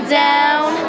down